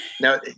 Now